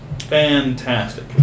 Fantastic